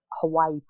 Hawaii